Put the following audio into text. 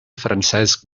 francesc